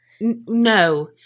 No